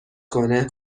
کنه